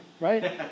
Right